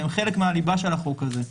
והם חלק מהליבה של החוק הזה.